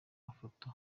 mafoto